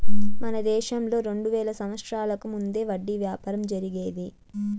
మన దేశంలో రెండు వేల సంవత్సరాలకు ముందే వడ్డీ వ్యాపారం జరిగేది